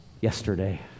yesterday